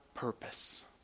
Purpose